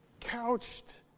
couched